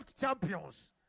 champions